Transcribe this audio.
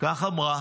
כך אמרה